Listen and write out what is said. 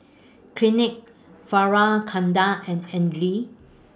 Clinique Fjallraven Kanken and Andre